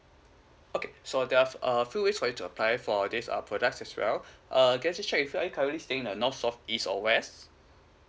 okay so there are few ways for to apply for this uh products as well uh can I just check with you are you currently staying uh north south east or west